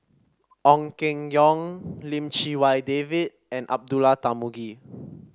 Ong Keng Yong Lim Chee Wai David and Abdullah Tarmugi